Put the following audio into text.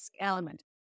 element